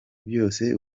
byose